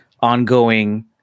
ongoing